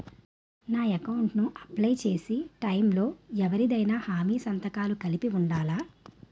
నా అకౌంట్ ను అప్లై చేసి టైం లో ఎవరిదైనా హామీ సంతకాలు కలిపి ఉండలా?